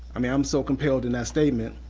i mean i'm so compelled in that statement,